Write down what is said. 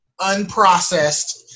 unprocessed